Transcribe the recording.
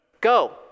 Go